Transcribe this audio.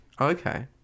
Okay